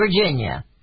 Virginia